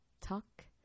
talk